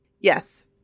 Yes